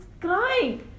crying